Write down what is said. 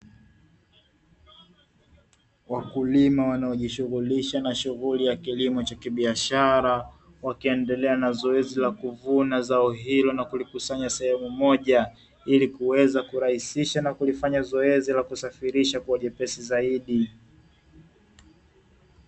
Wakulima wanaojishughulisha na shughuli ya kilimo cha biashara wakiendelea na zoezi la kuvuna zao hilo na kulikusanya sehemu moja ilikuweza kurahisisha na kulifanya zoezi la kusafirisha kuwa jepesi zaidi.